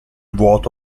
vuoto